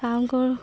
কাম কৰোঁ